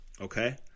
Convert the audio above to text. okay